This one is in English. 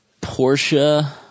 Porsche